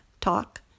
talk